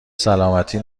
سلامتی